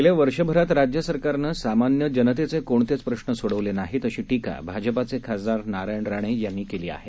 गेल्या वर्षभरात राज्य सरकारनं सामान्य जनतेचे कोणतेच प्रश्न सोडवले नाहीत अशी टीका भाजपाचे खासदार नारायण राणे यांनी केली आहे